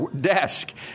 desk